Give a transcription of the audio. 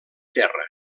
terra